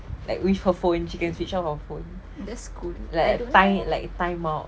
like with with her phone she can switch off our phone like time in time out but then like